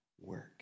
work